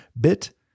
bit